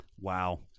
Wow